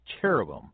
cherubim